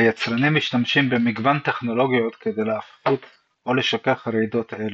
היצרנים משתמשים במגוון טכנולוגיות כדי להפחית או לשכך רעידות אלו,